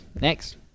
Next